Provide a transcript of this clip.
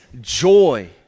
joy